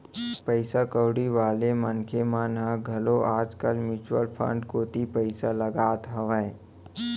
पइसा कउड़ी वाले मनखे मन ह घलोक आज कल म्युचुअल फंड कोती पइसा लगात हावय